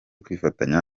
kwifatanya